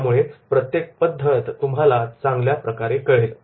यामुळे प्रत्येक पद्धत तुम्हाला चांगल्या प्रकारे कळेल